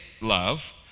love